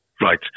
Right